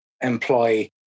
employ